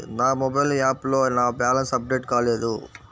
నా మొబైల్ యాప్లో నా బ్యాలెన్స్ అప్డేట్ కాలేదు